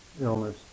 illness